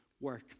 work